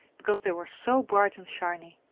because they were so bright and shiny.